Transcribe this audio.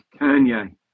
Kanye